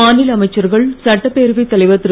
மாநில அமைச்சர்கள் சட்டப்பேரவைத் தலைவர் திரு